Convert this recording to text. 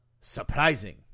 Surprising